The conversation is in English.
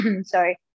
Sorry